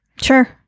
sure